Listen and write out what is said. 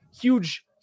huge